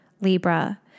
Libra